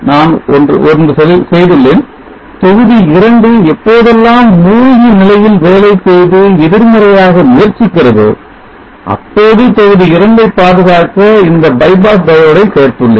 நான் ஒரு செய்துள்ளேன் தொகுதி 2 எப்போதெல்லாம் மூழ்கி நிலையில் வேலை செய்து எதிர்மறையாக முயற்சிக்கிறதோ அப்போது தொகுதி 2 ஐ பாதுகாக்க இந்த bypass diode ஐ சேர்த்துள்ளேன்